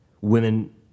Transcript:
women